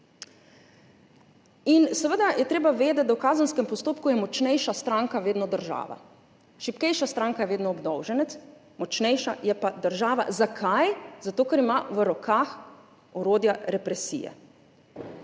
Seveda je treba vedeti, da je v kazenskem postopku močnejša stranka vedno država, šibkejša stranka je vedno obdolženec, močnejša je pa država. Zakaj? Zato ker ima v rokah orodja represije.